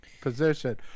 position